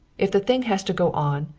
if the thing has to go on,